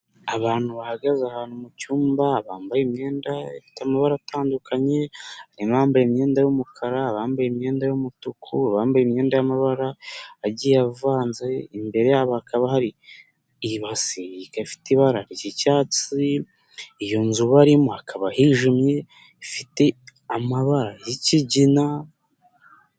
Abantu bahagaze ahantu mu cyumba bambaye imyenda ifite amabara atandukanye, bambaye imyenda y'umukara, bambaye imyenda y'umutuku, bambaye imyenda y'amabara avanze, imbere yabo hakaba hari ibasi ifite ibara ry'icyatsi, iyo nzu barimo hakaba hijimye, ifite amabara y'ikigina.